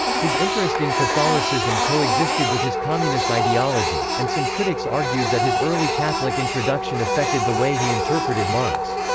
his interest in catholicism coexisted with his communist ideology, and some critics argued that his early catholic introduction affected the way he interpreted marx.